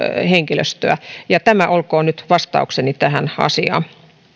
henkilöstöä ja tämä olkoon nyt vastaukseni tähän asiaan